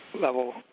level